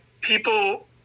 people